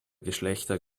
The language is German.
geschlechter